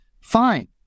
fine